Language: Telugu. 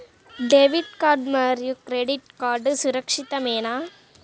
డెబిట్ కార్డ్ మరియు క్రెడిట్ కార్డ్ సురక్షితమేనా?